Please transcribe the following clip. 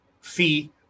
fee